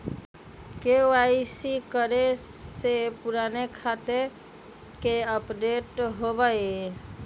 KYC करें से पुराने खाता के अपडेशन होवेई?